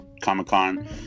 Comic-Con